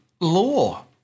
law